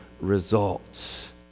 results